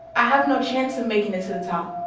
i have no chance of making it to the top.